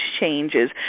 changes